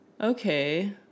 Okay